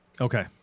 Okay